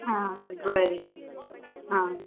आं बरें आं